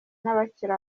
n’abakiri